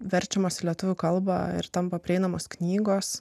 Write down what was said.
verčiamos į lietuvių kalbą ir tampa prieinamos knygos